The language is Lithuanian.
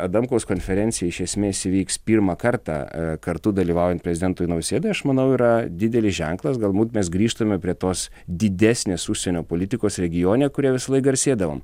adamkaus konferencija iš esmės vyks pirmą kartą kartu dalyvaujant prezidentui nausėdai aš manau yra didelis ženklas galbūt mes grįžtame prie tos didesnės užsienio politikos regione kurią visąlaik garsėdavom